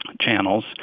channels